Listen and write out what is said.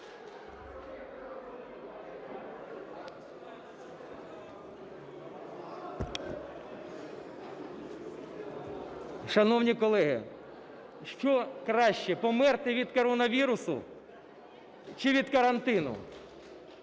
Шановні колеги, що краще померти від коронавірусу чи від карантину?